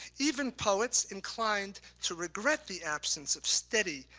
even poets inclined to regret the absence of steady,